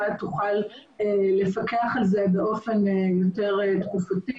תוכל לפקח על זה באופן יותר תחוקתי